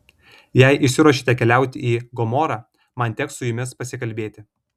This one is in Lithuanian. jei išsiruošėte keliauti į gomorą man teks su jumis pasikalbėti